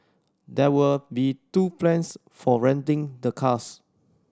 there will be two plans for renting the cars